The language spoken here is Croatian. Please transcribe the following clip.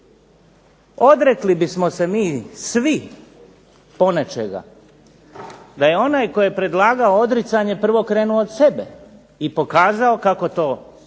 odrekli bismo se mi svi ponečega da je onaj tko je predlagao odricanje prvo krenuo od sebe i pokazao kako to efikasno